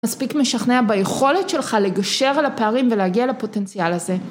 מספיק משכנע ביכולת שלך לגשר על הפערים ולהגיע לפוטנציאל הזה.